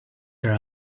her